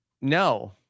No